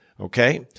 Okay